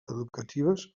educatives